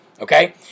okay